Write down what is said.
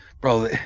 bro